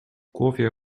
głowie